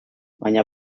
baina